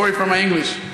Sorry for my English.